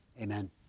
Amen